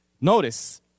Notice